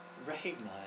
Recognize